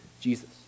Jesus